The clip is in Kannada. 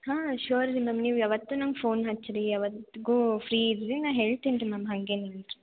ಹಾಂ ಶೋರ್ ರೀ ಮ್ಯಾಮ್ ನೀವು ಯಾವತ್ತೂ ನಂಗೆ ಫೋನ್ ಹಚ್ಚಿರಿ ಯಾವತ್ತಿಗು ಫ್ರೀ ಇದ್ದರೆ ನಾನು ಹೇಳ್ತೀನಿ ರೀ ಮ್ಯಾಮ್ ಹಂಗೇನಿಲ್ಲ ರೀ